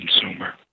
consumer